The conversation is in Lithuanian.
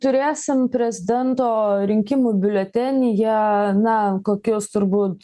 turėsim prezidento rinkimų biuletenyje na kokius turbūt